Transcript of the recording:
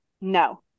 No